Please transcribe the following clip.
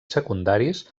secundaris